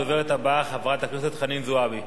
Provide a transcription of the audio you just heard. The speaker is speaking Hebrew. הדוברת הבאה, חברת הכנסת חנין זועבי.